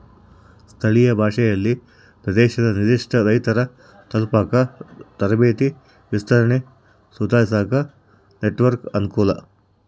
ಸ್ಥಳೀಯ ಭಾಷೆಯಲ್ಲಿ ಪ್ರದೇಶದ ನಿರ್ಧಿಷ್ಟ ರೈತರ ತಲುಪಾಕ ತರಬೇತಿ ವಿಸ್ತರಣೆ ಸುಧಾರಿಸಾಕ ನೆಟ್ವರ್ಕ್ ಅನುಕೂಲ